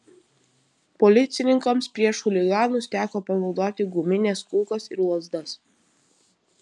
policininkams prieš chuliganus teko panaudoti gumines kulkas ir lazdas